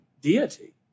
deity